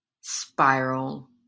spiral